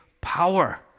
power